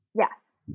Yes